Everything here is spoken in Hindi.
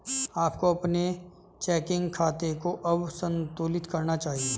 आपको अपने चेकिंग खाते को कब संतुलित करना चाहिए?